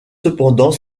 cependant